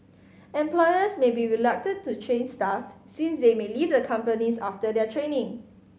employers may be reluctant to train staff since they may leave the companies after their training